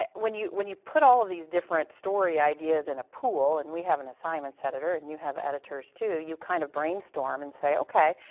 but when you when you put all of these different story ideas in a pool, and we have an assignments editor, and you have editors, too, you kind of brainstorm and say, okay.